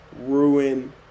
ruin